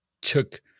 took